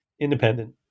independent